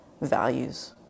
values